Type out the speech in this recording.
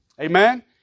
Amen